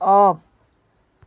of